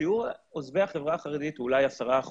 שיעור עוזבי החברה החרדית הוא אולי 10%,